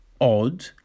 odd